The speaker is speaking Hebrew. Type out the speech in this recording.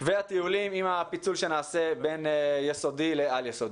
והטיולים עם הפיצול שנעשה בין עד-יסודי לעל-יסודי.